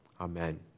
Amen